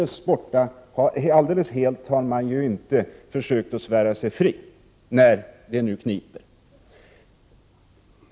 Helt har man väl inte försökt att svära sig fri från kommunismen, när det nu kniper.